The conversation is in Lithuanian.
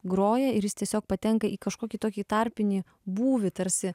groja ir jis tiesiog patenka į kažkokį tokį tarpinį būvį tarsi